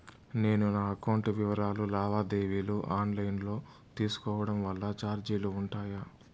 నేను నా అకౌంట్ వివరాలు లావాదేవీలు ఆన్ లైను లో తీసుకోవడం వల్ల చార్జీలు ఉంటాయా?